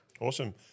Awesome